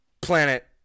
planet